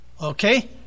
Okay